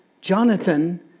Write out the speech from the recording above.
jonathan